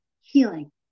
healing